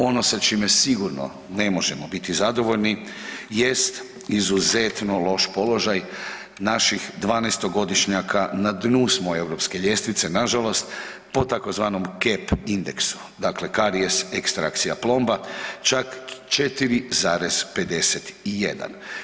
Ono sa čime sigurno ne možemo biti zadovoljni jest izuzetno loš položaj naših 12-godišnjaka, na dnu smo europske ljestvice nažalost po tzv. kep indeksu, dakle karijes ekstrakcija plomba, čak 4,51.